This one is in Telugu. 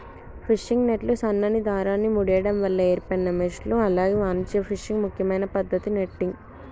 ఫిషింగ్ నెట్లు సన్నని దారాన్ని ముడేయడం వల్ల ఏర్పడిన మెష్లు అలాగే వాణిజ్య ఫిషింగ్ ముఖ్యమైన పద్దతి నెట్టింగ్